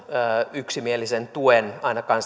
yksimielisen tuen ainakaan